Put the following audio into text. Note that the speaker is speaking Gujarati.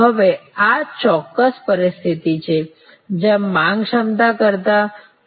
હવે આ એક ચોક્કસ પરિસ્થિતિ છે જ્યાં માંગ ક્ષમતા કરતાં વધુ છે Refer Time 3031